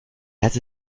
hätte